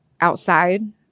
outside